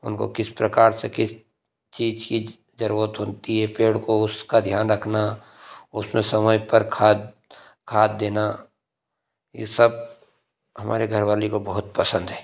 उनको किस प्रकार से किस चीज की जरूरत होती है पेड़ को उसका ध्यान रखना उसमें समय पर खाद खाद देना ये सब हमारी घरवाली को बहुत पसंद है